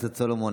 סולומון,